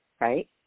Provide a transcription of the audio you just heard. Right